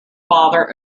father